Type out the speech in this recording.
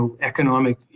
economic